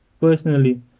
Personally